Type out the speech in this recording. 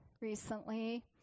recently